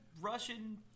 Russian